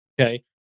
Okay